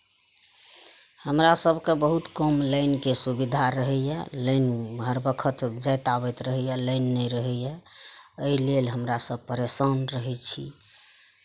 हमरा सभके बहुत कम लाइनके सुविधा रहैए लाइन हर वक्त जाइत आबैत रहैए लाइन नहि रहैए एहि लेल हमरा सभ परेशान रहै छी